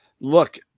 Look